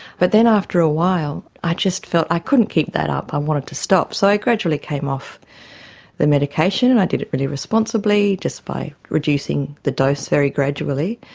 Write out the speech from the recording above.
but then after a while i just felt i couldn't keep that up, i wanted to stop, so i gradually came off the medication and i did it really responsibly, just by reducing the dose very gradually.